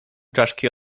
czaszki